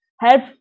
help